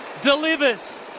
delivers